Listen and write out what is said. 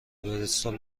بریستول